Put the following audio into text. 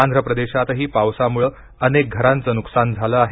आंध्र प्रदेशातही पावसाम्ळं अनेक घरांचं नुकसान झालं आहे